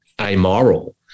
amoral